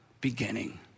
beginning